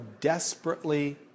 desperately